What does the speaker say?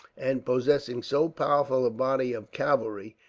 and possessing so powerful a body of cavalry,